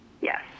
Yes